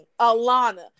Alana